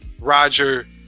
Roger